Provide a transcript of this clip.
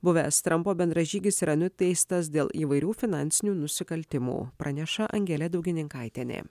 buvęs trampo bendražygis yra nuteistas dėl įvairių finansinių nusikaltimų praneša angelė daugininkaitienė